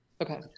Okay